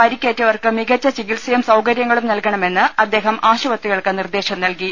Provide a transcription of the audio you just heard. പരി ക്കേറ്റവർക്ക് മികച്ച ചികിത്സയും സൌകര്യങ്ങളും നൽകണ മെന്ന് അദ്ദേഹം ആശുപത്രികൾക്ക് നിർദ്ദേശം നൽകി